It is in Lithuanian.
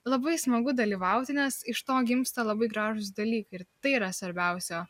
labai smagu dalyvauti nes iš to gimsta labai gražūs dalykai ir tai yra svarbiausia